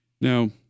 Now